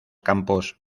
campos